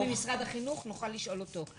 יהיה נציג ממשרד החינוך ונוכל לשאול אותו.